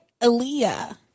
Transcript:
Aaliyah